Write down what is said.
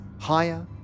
higher